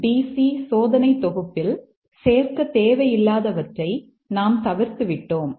MC DC சோதனை தொகுப்பில் சேர்க்கத் தேவையில்லாதவற்றை நாம் தவிர்த்து விட்டோம்